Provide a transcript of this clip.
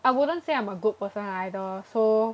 I wouldn't say I'm a good person either so